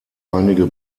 einige